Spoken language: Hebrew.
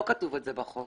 לא כתוב את זה בחוק.